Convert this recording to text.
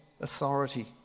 authority